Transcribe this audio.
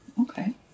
okay